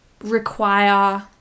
require